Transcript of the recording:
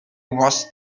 was